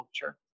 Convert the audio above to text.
culture